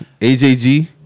AJG